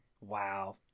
Wow